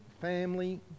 family